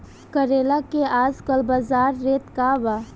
करेला के आजकल बजार रेट का बा?